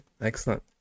Excellent